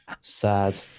Sad